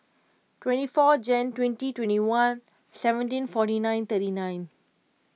twenty four Jan twenty twenty one seventeen forty nine thirty nine